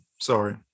Sorry